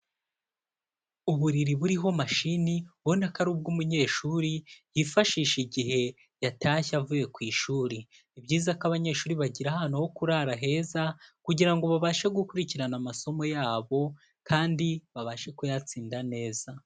Uburiri buriho mashini, ubona ko ari ubw'umunyeshuri yifashisha igihe yatashye avuye ku ishuri. Ni byiza ko abanyeshuri bagira ahantu ho kurara heza, kugira ngo babashe gukurikirana amasomo yabo kandi babashe kuyatsinda neza.